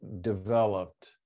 developed